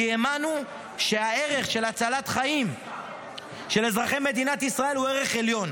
כי האמנו שהערך של הצלת חיים של אזרחי מדינת ישראל הוא ערך עליון.